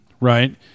right